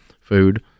food